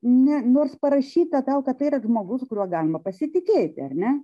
ne nors parašyta tau kad tai yra žmogus kuriuo galima pasitikėti ar ne